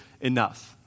enough